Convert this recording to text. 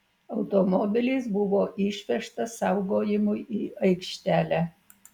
automobilis buvo išvežtas saugojimui į aikštelę